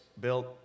built